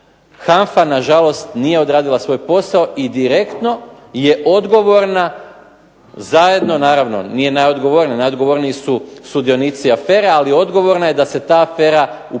HANFA nažalost nije odradila svoj posao i direktno je odgovorna, zajedno naravno nije odgovornija, najodgovorniji su sudionici afere, ali odgovorna je da se ta afera u svom